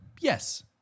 Yes